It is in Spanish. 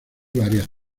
varias